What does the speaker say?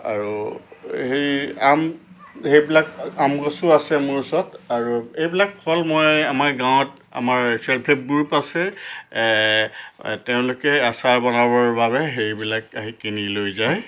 আৰু সেই আম সেইবিলাক আম গছো আছে মোৰ ওচৰত আৰু এইবিলাক ফল মই আমাৰ গাঁৱত আমাৰ ছেল্ফ হেল্প গ্ৰুপ আছে তেওঁলোকে আচাৰ বনাবৰ বাবে সেইবিলাক আহি কিনি লৈ যায়